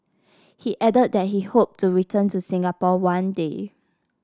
he added that he hoped to return to Singapore one day